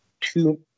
two